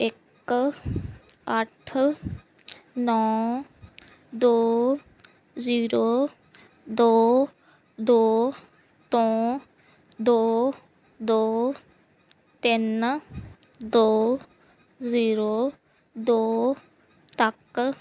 ਇੱਕ ਅੱਠ ਨੌਂ ਦੋ ਜ਼ੀਰੋ ਦੋ ਦੋ ਤੋਂ ਦੋ ਦੋ ਤਿੰਨ ਦੋ ਜ਼ੀਰੋ ਦੋ ਤੱਕ